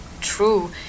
true